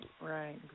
Right